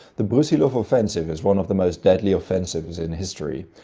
the brusilov offensive is one of the most deadly offensives in history,